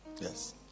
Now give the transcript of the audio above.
Yes